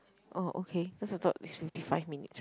oh okay cause I thought is fifty five minutes